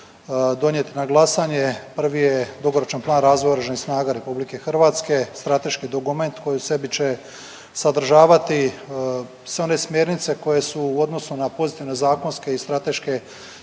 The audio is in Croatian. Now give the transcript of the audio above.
donijeti na glasanje. Prvi je dugoročan plan razvoja oružanih snaga RH, strateški dokument koji u sebi će sadržavati sve one smjernice koje su u odnosu na pozitivne zakonske i strateške